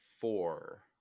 four